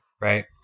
right